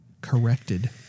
corrected